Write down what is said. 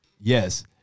Yes